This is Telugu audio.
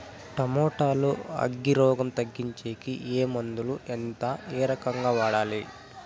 టమోటా లో అగ్గి రోగం తగ్గించేకి ఏ మందులు? ఎంత? ఏ రకంగా వాడాలి?